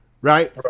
right